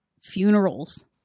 funerals